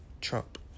Trump